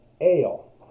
ale